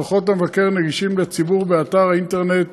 דוחות המבקר נגישים לציבור באתר האינטרנט